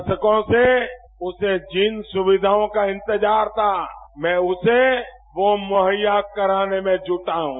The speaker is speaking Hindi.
दशकों से उन्हें जिन सुविधाओं का इंतजार था मैं उसे वो मुहैया कराने में जुटा हूं